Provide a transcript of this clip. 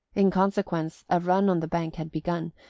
in consequence, a run on the bank had begun,